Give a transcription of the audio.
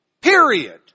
Period